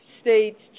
states